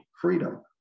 freedom